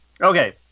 Okay